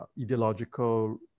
ideological